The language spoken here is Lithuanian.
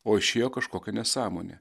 o išėjo kažkokia nesąmonė